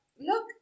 look